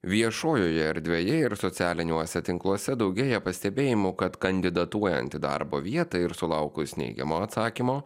viešojoje erdvėje ir socialiniuose tinkluose daugėja pastebėjimų kad kandidatuojant į darbo vietą ir sulaukus neigiamo atsakymo